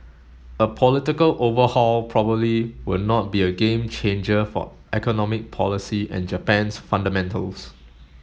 a political overhaul probably will not be a game changer for economic policy and Japan's fundamentals